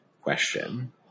question